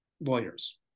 lawyers